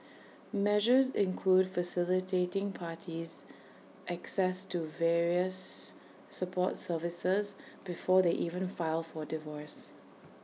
measures include facilitating parties access to various support services before they even file for divorce